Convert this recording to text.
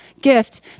gift